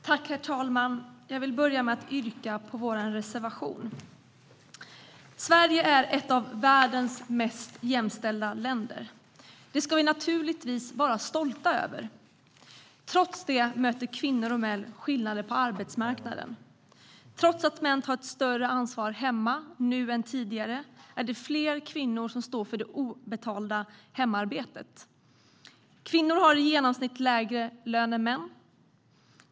Herr talman! Jag vill börja med att yrka bifall till vår reservation. Sverige är ett av världens mest jämställda länder. Det ska vi naturligtvis vara stolta över. Trots det möter kvinnor och män skillnader på arbetsmarknaden. Trots att män tar ett större ansvar hemma nu än tidigare är det fler kvinnor som står för det obetalda hemarbetet. Kvinnor har i genomsnitt lägre lön än män.